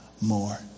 more